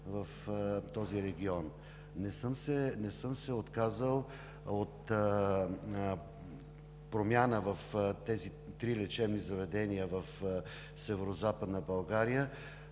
в този регион. Не съм се отказал от промяна в тези три лечебни заведения в Северозападна България.